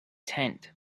tent